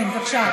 כן, בבקשה.